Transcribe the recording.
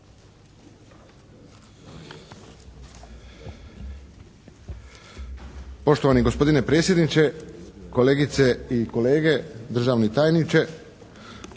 Poštovani gospodine predsjedniče, kolegice i kolege, državni tajniče.